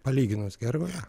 palyginus geroje